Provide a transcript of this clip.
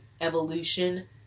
Evolution